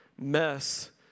mess